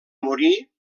morir